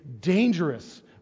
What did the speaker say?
dangerous